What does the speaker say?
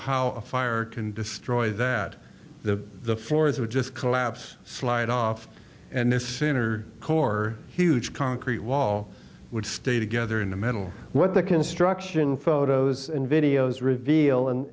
a fire can destroy that the the floors are just collapse slide off and the center core huge concrete wall would stay together in the middle what the construction photos and videos reveal